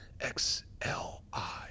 X-L-I